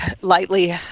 lightly